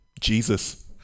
Jesus